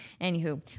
Anywho